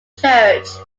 church